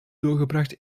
doorgebracht